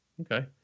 Okay